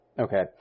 Okay